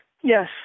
Yes